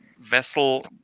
vessel